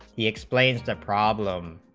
he explains the problem